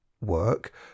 work